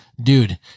Dude